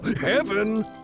Heaven